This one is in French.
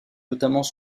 notablement